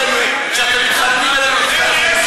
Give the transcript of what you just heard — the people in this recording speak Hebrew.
תנהלו את הכישלון שלכם לבד,